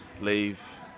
leave